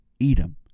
Edom